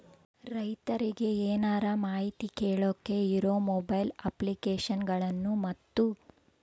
ರೈತರಿಗೆ ಏನರ ಮಾಹಿತಿ ಕೇಳೋಕೆ ಇರೋ ಮೊಬೈಲ್ ಅಪ್ಲಿಕೇಶನ್ ಗಳನ್ನು ಮತ್ತು?